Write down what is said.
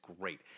great